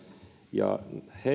ja